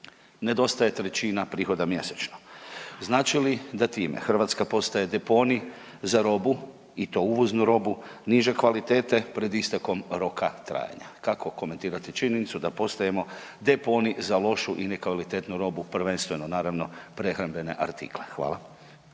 nedostaje trećina prihoda mjesečno. Znači li da time Hrvatska postaje deponij za robu i to uvoznu robu niže kvalitete pred istekom roka trajanja? Kako komentirate činjenicu da postajemo deponij za lošu i nekvalitetnu robu prvenstveno naravno prehrambene artikle. Hvala.